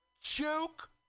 Joke